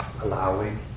allowing